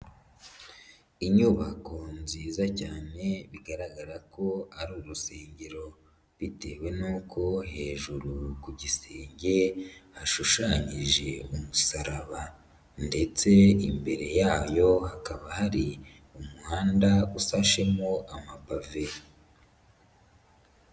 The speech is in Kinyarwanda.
Inyubako nziza cyane bigaragara ko ari urusengero bitewe n'uko hejuru ku gisenge hashushanyije umusaraba ndetse imbere yayo hakaba hari umuhanda usashemo amapave.